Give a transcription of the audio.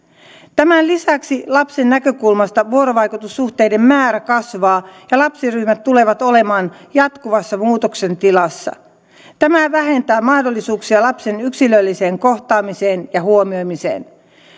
tämän lisäksi lapsen näkökulmasta vuorovaikutussuhteiden määrä kasvaa ja lapsiryhmät tulevat olemaan jatkuvassa muutoksen tilassa tämä vähentää mahdollisuuksia lapsen yksilölliseen kohtaamiseen ja huomioimiseen